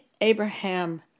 Abraham